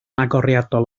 agoriadol